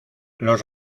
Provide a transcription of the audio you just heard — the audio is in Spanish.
los